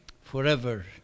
forever